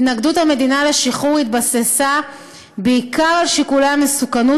התנגדות המדינה לשחרור התבססה בעיקר על שיקולי המסוכנות